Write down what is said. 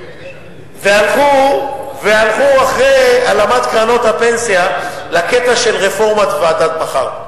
הלכו אחרי הלאמת קרנות הפנסיה לקטע של רפורמת ועדת-בכר.